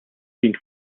dient